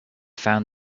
found